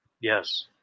yes